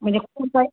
म्हणजे खूप आहे